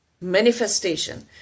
manifestation